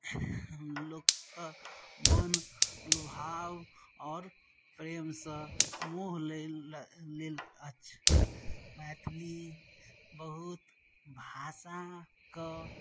लोकके मन लुभाव आओर प्रेमसँ मोह लेल लेल अछि मैथिली बहुत भाषाके